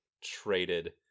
traded